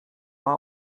war